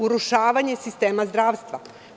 Urušavanje sistema zdravstva.